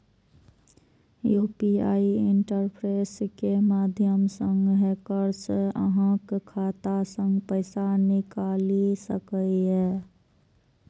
UPI interface के माध्यम सं हैकर्स अहांक खाता सं पैसा निकालि सकैए